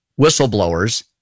whistleblowers